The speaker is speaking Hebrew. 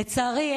לצערי,